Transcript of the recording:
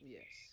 Yes